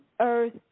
earth